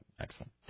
excellent